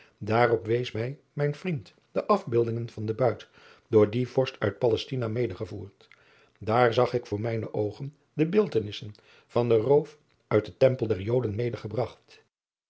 aarop wees mij mijn vriend de afbeeldingen van den buit door dien orst uit alestina medegevoerd daar zag ik voor mijne oogen de beeldtenissen van den roof uit den empel der oden